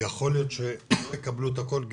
יכול להות שלא תקבלו את הכל,